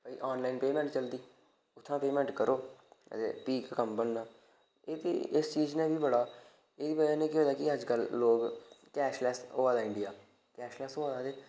भाई online payment चलदी उत्थूं तुस पेमैं ट करो फ्ही जाइयै कम्म बनदा एह्दी वजह् कन्नै केह् होआ दा कि कैशलैस्स होआ दा इंडिया